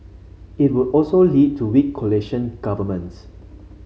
it would also lead to weak coalition governments